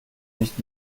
nicht